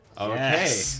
Okay